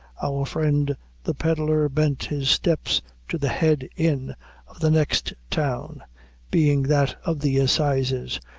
our friend the pedlar bent his steps to the head inn of the next town being that of the assizes,